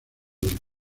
del